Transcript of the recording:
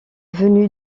venu